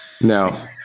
no